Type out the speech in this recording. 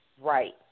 right